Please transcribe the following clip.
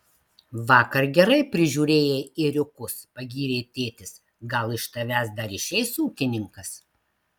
vakar gerai prižiūrėjai ėriukus pagyrė tėtis gal iš tavęs dar išeis ūkininkas